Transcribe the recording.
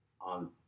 on